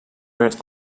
werd